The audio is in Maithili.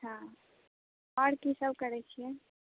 हँ आओर कीसभ करैत छियै